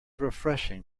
refreshing